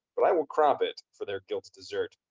but i will crop it for their guilt's desert.